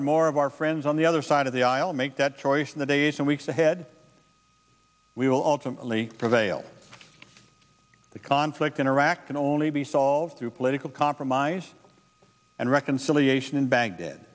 and more of our friends on the other side of the aisle make that choice in the days and weeks ahead we will ultimately prevail the conflict in iraq can only be solved through political compromise and reconciliation in baghdad